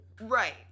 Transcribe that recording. Right